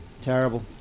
Terrible